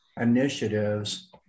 initiatives